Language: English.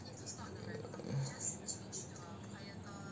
mm